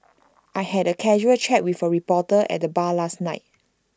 I had A casual chat with A reporter at the bar last night